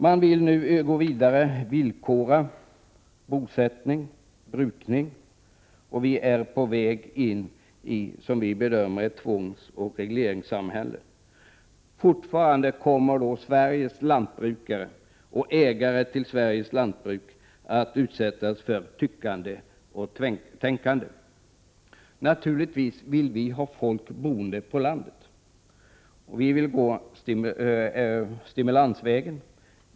Man vill nu gå vidare och villkora bosättning och brukning, och vi är på väg in i, som vi bedömer det, ett tvångsoch regleringssamhälle. Fortfarande kommer då Sveriges lantbrukare och ägare till Sveriges lantbruk att utsättas för tyckande. Naturligtvis vill vi ha folk boende på landet, men vi vill gå stimulansvägen.